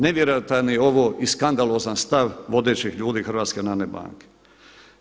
Nevjerojatan je ovo i skandalozan stav vodećih ljudi HNB-a.